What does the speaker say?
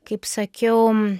kaip sakiau